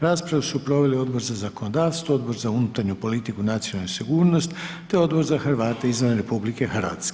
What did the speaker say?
Raspravu su proveli Odbor za zakonodavstvo, Odbor za unutarnju politiku, nacionalnu sigurnost, te Odbor za Hrvate izvan RH.